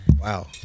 Wow